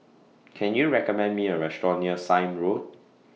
Can YOU recommend Me A Restaurant near Sime Road